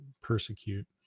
persecute